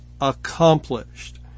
accomplished